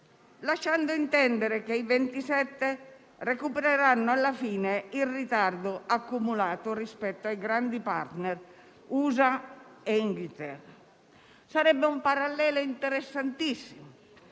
lasciando intendere che i 27 recupereranno alla fine il ritardo accumulato rispetto ai grandi *partner* USA e Inghilterra. Sarebbe un parallelo interessantissimo